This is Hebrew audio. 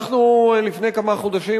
אנחנו לפני כמה חודשים,